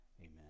Amen